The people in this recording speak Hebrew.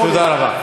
תודה רבה.